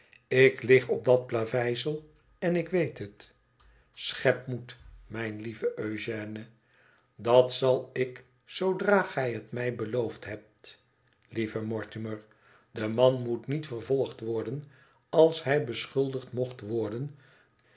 ik lig op dat plaveisel en ik weet het schep moed mijn lieve eugène dat zal ik zoodra gij het mij beloofd hebt lieve mortimer de man moet niet vervolgd worden als hij beschuldigd mocht worden